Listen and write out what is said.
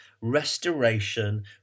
restoration